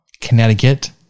Connecticut